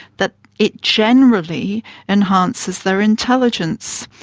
that it generally enhances their intelligence,